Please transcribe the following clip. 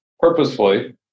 purposefully